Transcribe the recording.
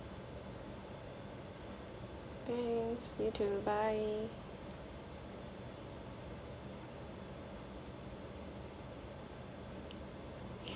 thanks you too bye